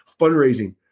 fundraising